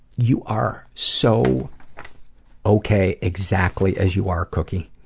you are so ok exactly as you are cookie.